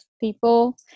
people